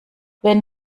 wenn